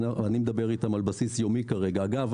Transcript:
ואני מדבר איתם על בסיס יומי ואגב,